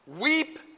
weep